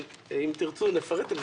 אבל אם תרצו לפרט,